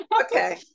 Okay